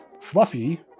Fluffy